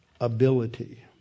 ability